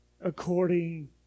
according